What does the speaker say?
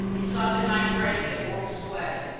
he saw the knife raised and woke sweating.